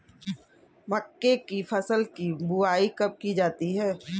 मक्के की फसल की बुआई कब की जाती है?